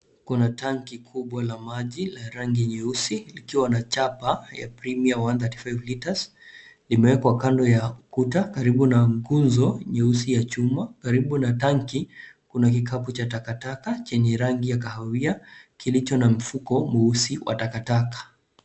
Kuna tanki kubwa la maji la rangi nyeusi likiwa na chapa ya premiere 135 litres limewekwa kando ya ukuta karibu na nguzo nyeusi ya chuma karibu na tanki kuna kikapu cha taka taka chenye rangi ya kahawia kilicho na mfuko mweusi wa taka taka.